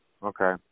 Okay